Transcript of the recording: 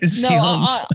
No